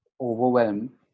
overwhelm